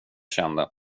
kände